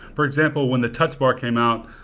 for example, when the touch bar came out,